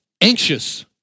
anxious